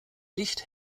licht